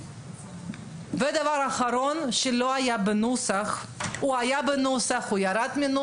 דבר אחרון שלא היה בנוסח - הוא היה בנוסח וירד ממנו